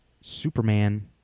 Superman